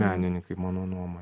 menininkai mano nuomone